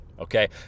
okay